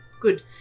good